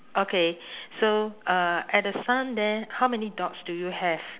okay so uh at the sun there how many dots do you have